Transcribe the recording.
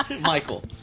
Michael